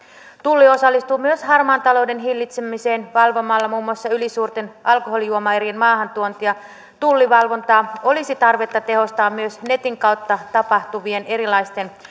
tulli osallistuu myös harmaan talouden hillitsemiseen valvomalla muun muassa ylisuurten alkoholijuomaerien maahantuontia tullivalvontaa olisi tarvetta tehostaa myös netin kautta tapahtuvien erilaisten